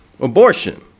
abortion